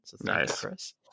Nice